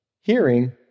Hearing